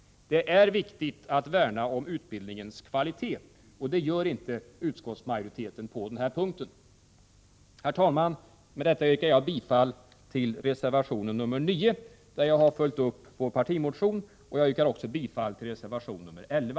Det är viktigt att värna om utbildningens kvalitet, och det gör inte utskottsmajoriteten på den här punkten. Herr talman! Med det anförda yrkar jag bifall till reservation 9, där jag har följt upp vår partimotion, och jag yrkar också bifall till reservation 11.